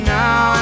now